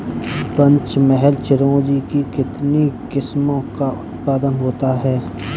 पंचमहल चिरौंजी की कितनी किस्मों का उत्पादन होता है?